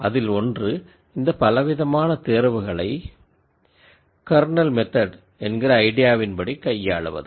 அதில் ஒன்று இந்த பலவிதமான தேர்வுகளை கர்னல் மெத்தட் என்கிற ஐடியாவின் படி கையாளுவது